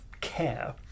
care